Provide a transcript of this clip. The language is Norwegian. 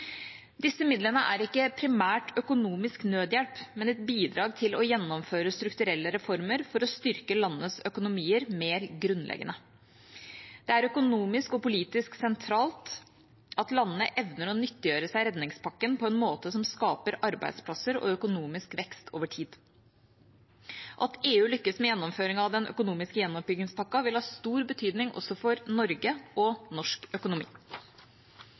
Disse midlene er ikke primært økonomisk nødhjelp, men et bidrag til å gjennomføre strukturelle reformer for å styrke landenes økonomier mer grunnleggende. Det er økonomisk og politisk sentralt at landene evner å nyttiggjøre seg av redningspakken på en måte som skaper arbeidsplasser og økonomisk vekst over tid. At EU lykkes med gjennomføringen av den økonomiske gjenoppbyggingspakken vil ha stor betydning også for Norge og norsk økonomi.